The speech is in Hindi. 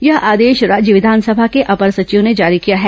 यह आदेश राज्य विधानसभा के अपर सचिव ने जारी किया है